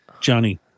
Johnny